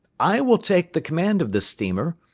i will take the command of this steamer,